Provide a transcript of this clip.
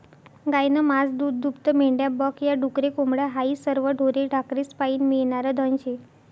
गायनं मास, दूधदूभतं, मेंढ्या बक या, डुकरे, कोंबड्या हायी सरवं ढोरे ढाकरेस्पाईन मियनारं धन शे